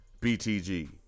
BTG